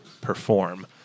perform